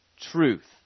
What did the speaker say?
truth